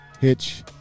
Hitch